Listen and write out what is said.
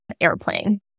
airplane